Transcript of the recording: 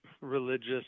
religious